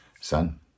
son